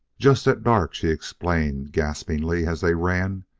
just at dark, she explained gaspingly as they ran.